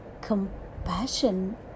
compassion